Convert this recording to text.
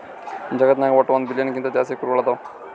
ಜಗತ್ನಾಗ್ ವಟ್ಟ್ ಒಂದ್ ಬಿಲಿಯನ್ ಗಿಂತಾ ಜಾಸ್ತಿ ಕುರಿಗೊಳ್ ಅದಾವ್